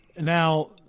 Now